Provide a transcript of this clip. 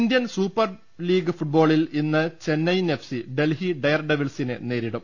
Indian super league ഫുട്ബോളിൽ ഇന്ന് Chennaiyin FC Delhi dare ഡെവിൾസിനെ നേരിടും